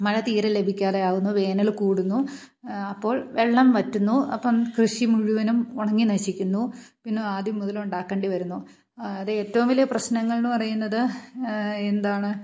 മഴ തീരെ ലഭിക്കാതെ ആകുന്നു വേനൽ കൂടുന്നു അപ്പോൾ വെള്ളം വറ്റുന്നു അപ്പം കൃഷി മുഴുവനും ഉണങ്ങി നശിക്കുന്നു പിന്നെ ആദ്യം മുതലുണ്ടാക്കേണ്ടി വരുന്നു അതേറ്റവും വലിയ പ്രശ്നങ്ങൾ എന്നു പറയുന്നത് എന്താണ്